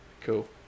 Cool